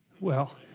well